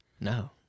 No